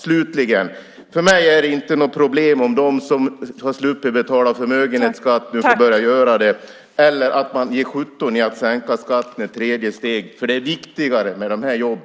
Slutligen: För mig är det inte något problem om de som har sluppit att betala förmögenhetsskatt nu får börja göra det eller att man ger sjutton i att sänka skatten i ett tredje steg. Det är viktigare med dessa jobb.